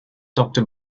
doctor